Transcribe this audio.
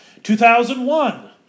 2001